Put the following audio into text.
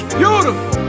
beautiful